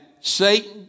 Satan